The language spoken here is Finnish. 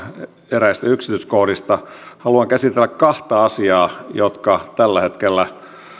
eräistä yksityiskohdista haluan käsitellä kahta asiaa jotka tällä hetkellä